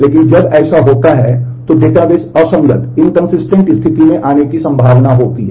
इसलिए जब ऐसा होता है तो डेटाबेस असंगत स्थिति में आने की संभावना होती है